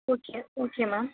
okay okay ma'am